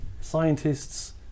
Scientists